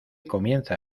comienza